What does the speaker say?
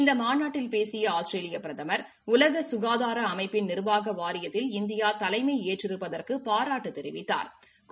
இந்த மாநாட்டில் பேசிய ஆஸ்திரரேலிய பிரதமா் உலக சுகாதார அமைப்பின் நிா்வாக வாரியத்தில் இந்தியா தலைமையேற்றிருப்பதற்கு பாராட்டு தெரிவித்தாா்